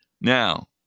Now